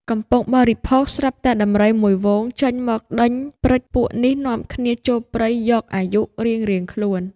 កំពុងបរិភោគ ស្រាប់តែដំរីមួយហ្វូងចេញមកដេញព្រិច ពួកនេះនាំគ្នាចូលព្រៃយកអាយុរៀងៗខ្លួន ។